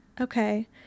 Okay